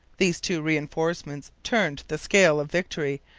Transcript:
these two reinforcements turned the scale of victory,